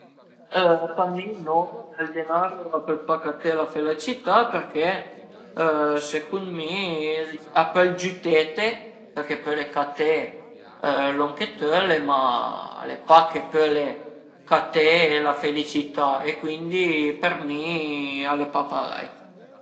Për mi no ël denaro a pöl pa caté la felicità përché secund mi a pöl giütete përché pöle caté lon che völe, ma al e pa che pöle caté la felicità e cuindi për mi al e pa parei